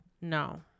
No